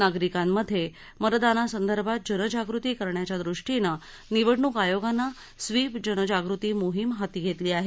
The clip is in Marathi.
नागरिकांमध्ये मतदानासंदर्भात जनजागृती करण्याच्या दृष्टीने निवडणूक आयोगाने स्वीप जनजाग़ती मोहीम हाती घेतली आहे